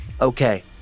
okay